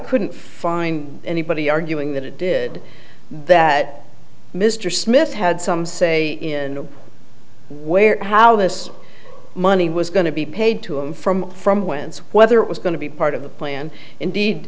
couldn't find anybody arguing that it did that mr smith had some say in where or how this money was going to be paid to him from from whence whether it was going to be part of the plan indeed